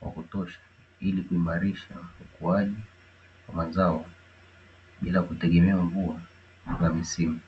wa kutosha ili kuimarisha ukuaji wa mazao bila kutegemea mvua za misimu.